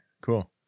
cool